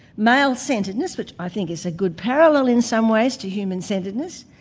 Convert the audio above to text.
male centredness, which i think is a good parallel in some ways to human centredness,